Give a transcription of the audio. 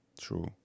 True